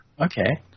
Okay